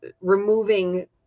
removing